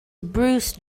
bruce